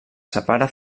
separa